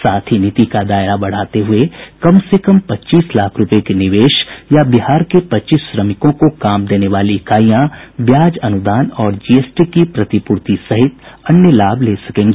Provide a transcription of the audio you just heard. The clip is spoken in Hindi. साथ ही नीति का दायरा बढ़ाते हुये कम से कम पच्चीस लाख रूपये के निवेश या बिहार के पच्चीस श्रमिकों को काम देने वाली इकाईयां ब्याज अनुदान और जीएसटी की प्रतिपूर्ति सहित अन्य लाभ ले सकेगी